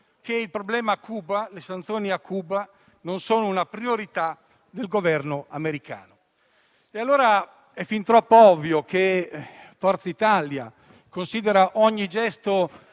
che il problema delle sanzioni a Cuba non è una priorità del Governo americano. È fin troppo ovvio che Forza Italia considera ogni gesto